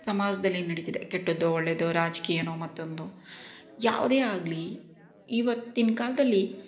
ಸಮಾಜದಲ್ಲೇನು ನಡೀತಿದೆ ಕೆಟ್ಟದ್ದೋ ಒಳ್ಳೆಯದೋ ರಾಜಕೀಯನೋ ಮತ್ತೊಂದೋ ಯಾವುದೇ ಆಗಲಿ ಇವತ್ತಿನ ಕಾಲದಲ್ಲಿ